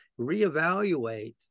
reevaluate